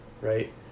Right